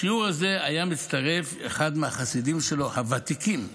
לשיעור הזה היה מצטרף אחד מהחסידים הוותיקים שלו,